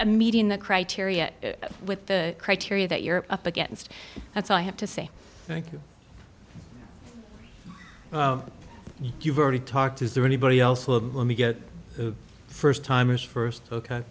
a meeting the criteria with the criteria that you're up against that's all i have to say thank you you've already talked is there anybody else will let me get first timers first ok